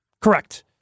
Correct